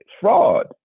fraud